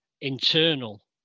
internal